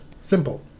Simple